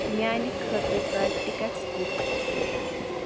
میانِہ خٲطرٕ کر ٹِکیٚٹٕس بُک